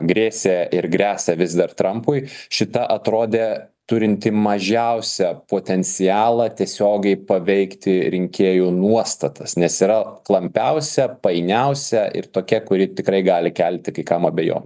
grėsė ir gresia vis dar trampui šita atrodė turinti mažiausią potencialą tiesiogiai paveikti rinkėjų nuostatas nes yra klampiausia painiausia ir tokia kuri tikrai gali kelti kai kam abejonių